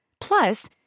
Plus